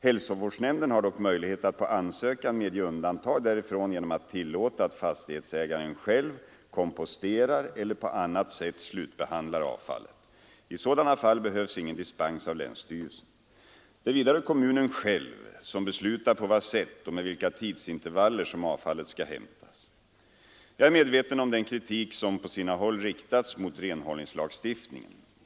Hälsovårdsnämnden har dock möjlighet att på ansökan medge undantag därifrån genom att tillåta att fastighetsägaren själv komposterar eller på annat sätt slutbehandlar avfallet. I sådana fall behövs ingen dispens av länsstyrelsen. Det är vidare kommunen själv som beslutar på vad sätt och med vilka tidsintervaller som avfallet skall hämtas. Jag är medveten om den kritik som på sina håll riktats mot renhållningslagstiftningen.